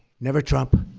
never trump.